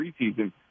preseason